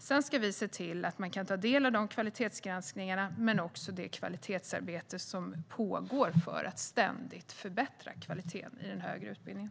Vi ska dock även se till att man kan ta del av kvalitetsgranskningarna och av det kvalitetsarbete som pågår för att ständigt förbättra kvaliteten i den högre utbildningen.